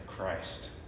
Christ